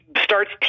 starts